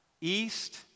east